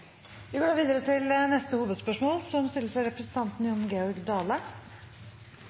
Vi går da videre til neste hovedspørsmål.